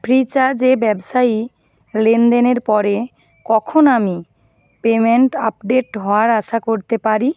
ফ্রিচার্জে ব্যবসায়ী লেনদেনের পরে কখন আমি পেমেন্ট আপডেট হওয়ার আশা করতে পারি